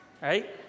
Right